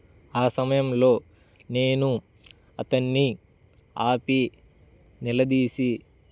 ఆ సమయంలో నేను అతన్ని ఆపి నిలదీసి